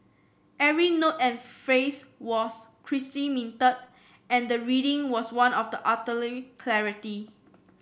every note and phrase was crisply minted and the reading was one of the utterly clarity